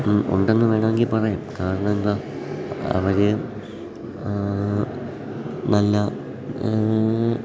ഉണ്ടെന്ന് വേണമെങ്കിൽ പറയാം കാരണം എന്താ അവർ നല്ല